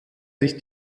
sich